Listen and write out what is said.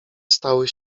stały